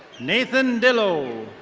nathan dillo.